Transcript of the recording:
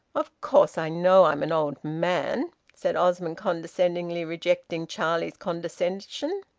of course i know i'm an old man, said osmond, condescendingly rejecting charlie's condescension.